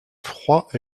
froid